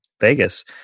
Vegas